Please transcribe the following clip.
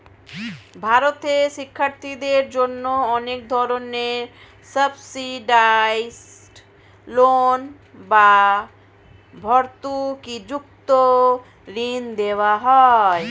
ভারতে শিক্ষার্থীদের জন্য অনেক ধরনের সাবসিডাইসড লোন বা ভর্তুকিযুক্ত ঋণ দেওয়া হয়